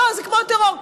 לא, זה כמו טרור.